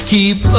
Keep